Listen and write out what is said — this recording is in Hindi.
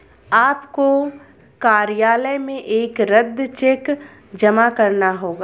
आपको कार्यालय में एक रद्द चेक जमा करना होगा